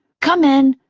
come in.